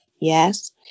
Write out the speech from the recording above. yes